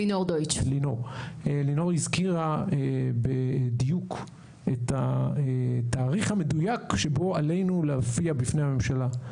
לינור הזכירה בדיוק את התאריך המדויק שבו עלינו להופיע בפני הממשלה.